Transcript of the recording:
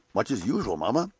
much as usual, mamma.